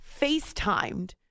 FaceTimed